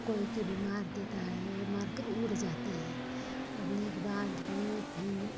कोई के भी मार देता है और मारके उड़ जाते हैं उड़ने के बाद भी फिर